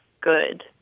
good